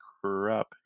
crap